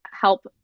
help